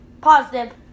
positive